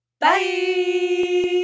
Bye